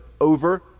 over